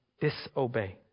disobey